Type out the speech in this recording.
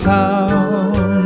town